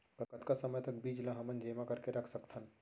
कतका समय तक बीज ला हमन जेमा करके रख सकथन?